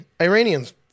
Iranians